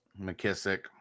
McKissick